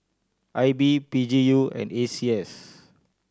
I B P G U and A C S